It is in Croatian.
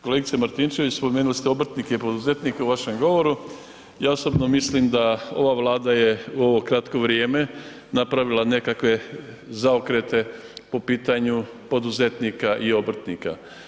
Kolegice Martinčević, spomenuli ste obrtnike i poduzetnike u vašem govoru, ja osobno mislim da ova Vlada je u ovo kratko vrijeme napravila nekakve zaokrete po pitanju poduzetnika i obrtnika.